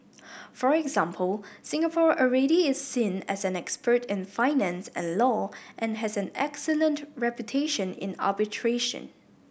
for example Singapore already is seen as an expert in finance and law and has an excellent reputation in arbitration